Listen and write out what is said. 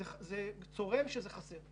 זה צורם שזה חסר.